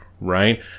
right